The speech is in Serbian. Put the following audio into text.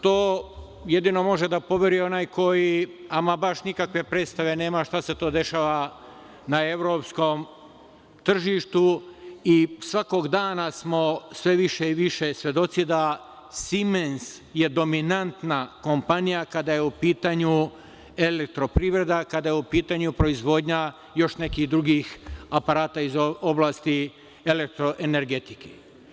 To jedino može da poveruje onaj koji, a ma baš nikakve predstave nema šta se to dešava na evropskom tržištu i svakog dana smo sve više i više svedoci da „Simens“ je dominantna kompanija, kada je u pitanju elektroprivreda, kada je u pitanju proizvodnja još nekih drugih aparata iz oblasti elektroenergetike.